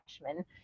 freshman